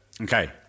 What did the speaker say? Okay